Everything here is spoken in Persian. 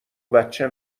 بچه